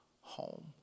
home